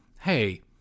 hey